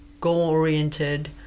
goal-oriented